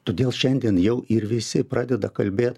todėl šiandien jau ir visi pradeda kalbėt